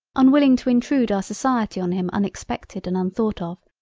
unwilling to intrude our society on him unexpected and unthought of,